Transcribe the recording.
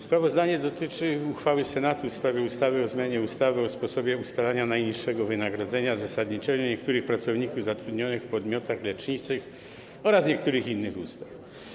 Sprawozdanie dotyczy uchwały Senatu w sprawie ustawy o zmianie ustawy o sposobie ustalania najniższego wynagrodzenia zasadniczego niektórych pracowników zatrudnionych w podmiotach leczniczych oraz niektórych innych ustaw.